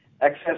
excess